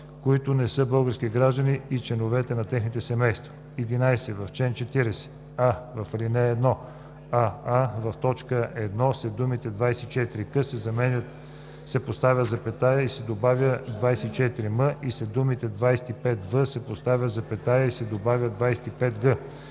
които не са български граждани, и членовете на техните семейства.“ 11. В чл. 40: а) в ал. 1: аа) в т. 1 след думите „24к“ се поставя запетая и се добавя „24м“ и след думите „25в“ се поставя запетая и се добавя „25г“;